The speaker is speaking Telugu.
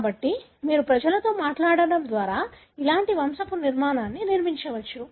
కాబట్టి మీరు ప్రజలతో మాట్లాడటం ద్వారా ఇలాంటి వంశపు నిర్మాణాన్ని నిర్మించవచ్చు